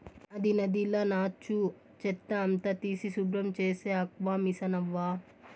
అది నదిల నాచు, చెత్త అంతా తీసి శుభ్రం చేసే ఆక్వామిసనవ్వా